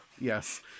Yes